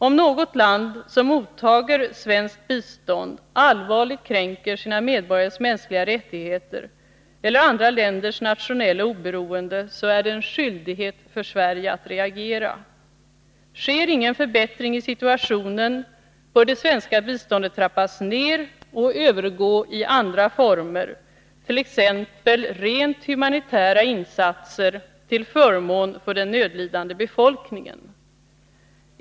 Om något land, som mottager svenskt bistånd, allvarligt kränker sina medborgares mänskliga rättigheter eller andra länders nationella oberoende, så är det en skyldighet för Sverige att reagera. Sker ingen förbättring i situationen, bör det svenska biståndet trappas ner och övergå i andra former, t.ex. rent humanitära insatser till förmån för den nödlidande befolkningen.